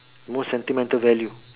most sentimental value